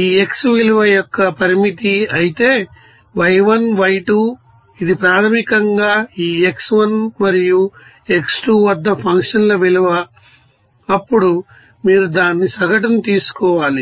ఈ x విలువ యొక్క పరిమితి అయితే y1 y2 ఇది ప్రాథమికంగా ఈ x1 మరియు x2 వద్ద ఫంక్షన్ల విలువ అప్పుడు మీరు దాని సగటును తీసుకోవాలి